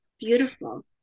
Beautiful